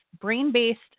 brain-based